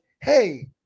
hey